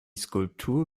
skulptur